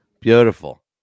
Beautiful